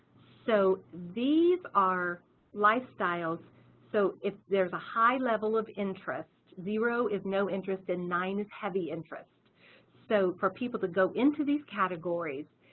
so these are lifestyles so if there's a high level of interest zero is no interest in nine heavy interest so for people to go into these categories,